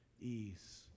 ease